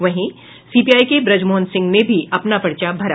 वहीं सीपीआई के ब्रजमोहन सिंह ने भी अपना पर्चा भरा